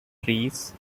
trees